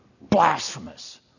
blasphemous